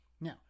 Now